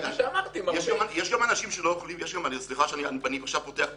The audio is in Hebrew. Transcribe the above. יש גם אנשים שלא יכולים וסליחה שאני עכשיו פותח פתח,